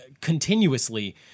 Continuously